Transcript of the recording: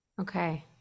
okay